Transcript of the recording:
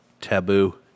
taboo